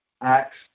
Acts